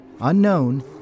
unknown